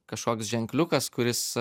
kažkoks ženkliukas kuris